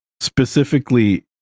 specifically